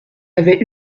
avait